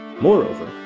Moreover